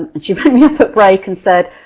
she went half a break and said,